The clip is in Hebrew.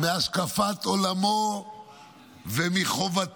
מהשקפת עולמו ומחובתו